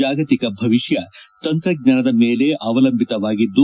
ಜಾಗತಿಕ ಭವಿಷ್ಣ ತಂತ್ರಜ್ಞಾನದ ಮೇಲೆ ಅವಲಂಬಿತವಾಗಿದ್ದು